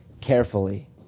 carefully